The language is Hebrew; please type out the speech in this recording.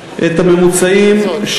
את הממוצעים,